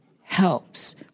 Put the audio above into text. helps